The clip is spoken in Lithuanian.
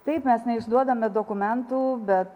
taip mes neišduodame dokumentų bet